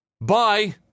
Bye